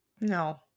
no